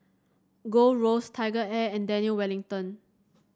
Gold Roast TigerAir and Daniel Wellington